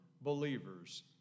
believers